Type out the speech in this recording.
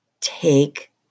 Take